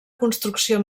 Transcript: construcció